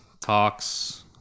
talks